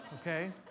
Okay